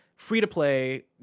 free-to-play